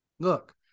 Look